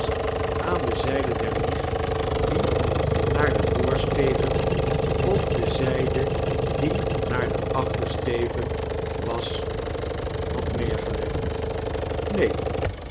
aan de zyde der wieg die naar den voorsteven of de zyde die naar den achtersteven was had neergelegd